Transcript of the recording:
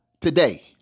today